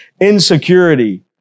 insecurity